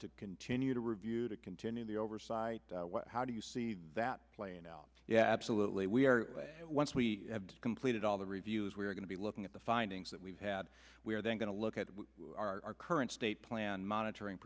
to continue to review to continue the oversight how do you see that playing out yeah absolutely we are once we have completed all the reviews we are going to be looking at the findings that we've had we are then going to look at our current state plan monitoring